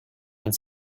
and